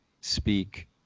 speak